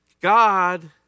God